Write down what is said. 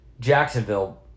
Jacksonville